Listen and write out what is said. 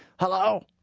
hello?